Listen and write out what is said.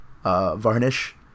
Varnish